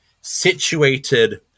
situated